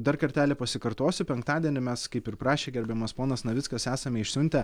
dar kartelį pasikartosiu penktadienį mes kaip ir prašė gerbiamas ponas navickas esame išsiuntę